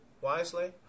wisely